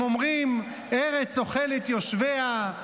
הם אומרים: "ארץ אֹכלת יושביה",